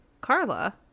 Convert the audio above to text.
Carla